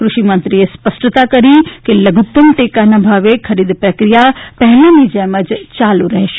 કૃષિ મંત્રીએ સ્પષ્ટતા કરી છે કે લધુત્તમ ટેકાના ભાવે ખરીદ પ્રક્રિયા પહેલીના જેમ જ ચાલુ રહેશે